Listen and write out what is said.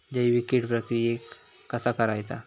जैविक कीड प्रक्रियेक कसा करायचा?